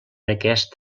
aquest